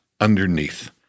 underneath